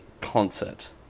concert